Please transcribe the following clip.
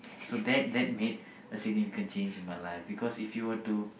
so that that made a significant change in my life because if you were to